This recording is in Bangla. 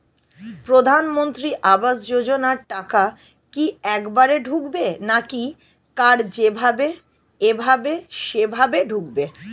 প্রধানমন্ত্রী আবাস যোজনার টাকা কি একবারে ঢুকবে নাকি কার যেভাবে এভাবে সেভাবে ঢুকবে?